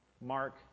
Mark